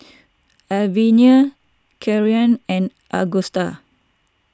Arvilla Kieran and Agusta